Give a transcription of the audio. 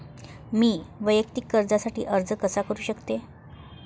मी वैयक्तिक कर्जासाठी अर्ज कसा करु शकते?